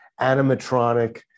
animatronic